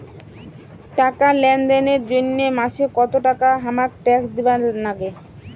টাকা লেনদেন এর জইন্যে মাসে কত টাকা হামাক ট্যাক্স দিবার নাগে?